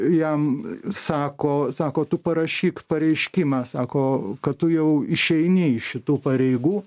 jam sako sako tu parašyk pareiškimą sako kad tu jau išeini iš šitų pareigų